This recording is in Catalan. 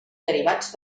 derivats